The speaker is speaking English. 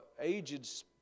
aged